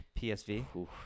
PSV